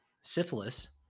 syphilis